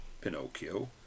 Pinocchio